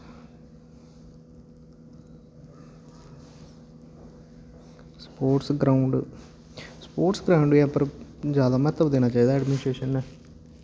sports ground sports ग्राउंडें उप्पर जैदा म्हत्तव देना चाहिदा एडमनिस्ट्रेशन नै